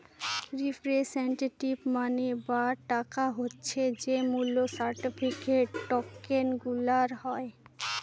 representative money বা টাকা হচ্ছে যে মূল্য সার্টিফিকেট, টকেনগুলার হয়